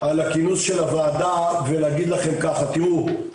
על הכינוס של הוועדה ולהגיד לכם ככה, תראו,